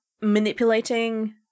manipulating